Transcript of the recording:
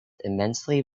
immensely